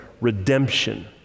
redemption